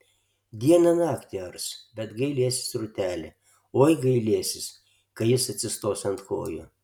dieną naktį ars bet gailėsis rūtelė oi gailėsis kai jis atsistos ant kojų